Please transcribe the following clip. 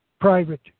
private